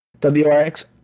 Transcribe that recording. wrx